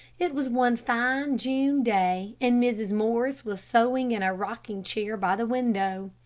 it was one fine june day, and mrs. morris was sewing in a rocking-chair by the window.